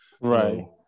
Right